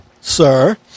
sir